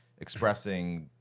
expressing